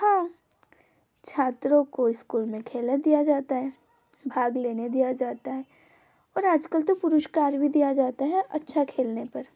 हाँ छात्रों को स्कूल में खेलने दिया जाता है भाग लेने दिया जाता है और आजकल तो पुरस्कार भी दिया जाता है अच्छा खेलने पर